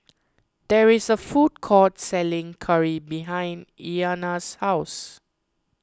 there is a food court selling curry behind Iyanna's house